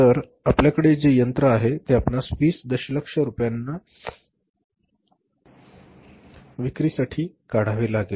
तर आपल्या कडे जे यंत्र आहे ते आपणास २० दशलक्ष रुपयांना विक्री साठी काढावे लागेल